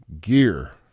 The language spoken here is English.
Gear